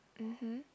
mmhmm